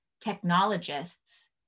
technologists